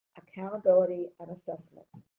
accountability, and assessment.